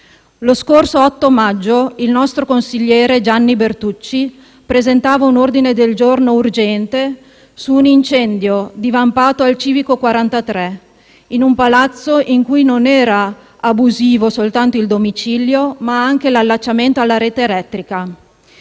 Lo scorso 8 maggio, il nostro consigliere Gianni Bertucci presentava un ordine del giorno urgente su un incendio divampato al civico 43 in un palazzo in cui non era abusivo soltanto il domicilio ma anche l'allacciamento alla rete elettrica.